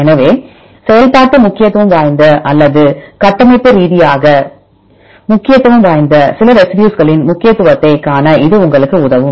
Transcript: எனவே செயல்பாட்டு முக்கியத்துவம் வாய்ந்த அல்லது கட்டமைப்பு ரீதியாக முக்கியத்துவம் வாய்ந்த சில ரெசிடியூஸ்களின் முக்கியத்துவத்தைக் காண இது உங்களுக்கு உதவும்